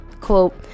quote